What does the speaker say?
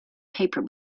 paper